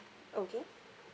okay